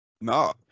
No